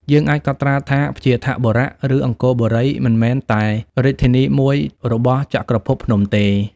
យើងអាចកត់ត្រាថា វ្យាធបុរៈ ឬ អង្គរបូរីមិនមែនតែ រាជធានីមួយរបស់ចក្រភពភ្នំទេ ។